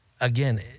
Again